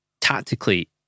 tactically